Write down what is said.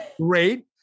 Great